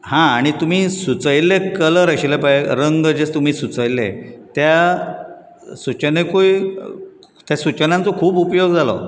हां आनी तुमी सुचयिल्ले कलर आशिल्ले पय रंग जे तुमी सुचयिल्ले त्या सुचनेकूय त्या सुचनाचो खूब उपयोग जालो